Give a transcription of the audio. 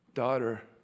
Daughter